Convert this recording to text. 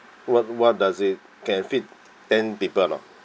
what what does it can fit ten people or not